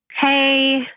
Hey